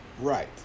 Right